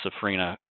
Safrina